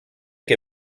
que